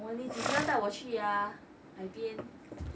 !wah! 你几时要带我去呀海边:ni ji shi yao dai wo qu yaa hai bian